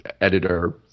editor